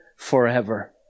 forever